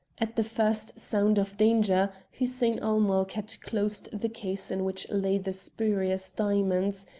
at the first sound of danger hussein-ul-mulk had closed the case in which lay the spurious diamonds,